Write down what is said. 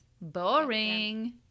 Boring